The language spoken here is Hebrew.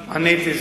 עניתי,